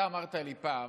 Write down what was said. אתה אמרת לי פעם,